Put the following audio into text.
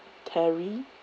terry